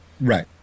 Right